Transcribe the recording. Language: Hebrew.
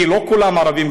כי לא כולם ערבים,